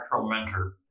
mentor